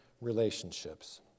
relationships